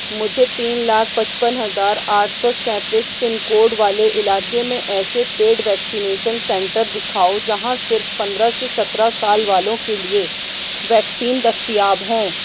مجھے تین لاکھ پچپن ہزار آٹھ سو سینتیس پن کوڈ والے علاقے میں ایسے پیڈ ویکسینیشن سینٹر دکھاؤ جہاں صرف پندرہ سے سترہ سال والوں کے لیے ویکسین دستیاب ہوں